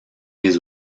les